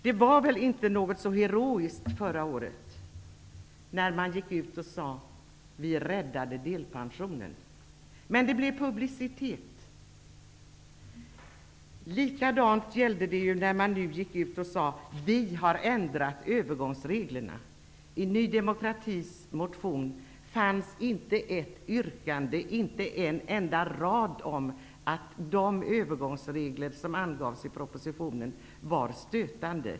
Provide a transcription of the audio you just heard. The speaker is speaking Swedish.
Det var väl inte så heroiskt när man förra året sade: Vi räddade delpensionen. Men det blev publicitet. Samma sak gällde när man sade: Vi har ändrat övergångsreglerna. I Ny demokratis motion finns inte ett yrkande, inte en rad om att de övergångsregler som angavs i propositionen var stötande.